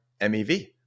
MEV